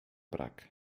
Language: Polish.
brak